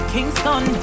Kingston